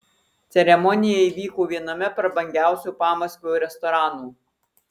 ceremonija įvyko viename prabangiausių pamaskvio restoranų